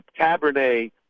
Cabernet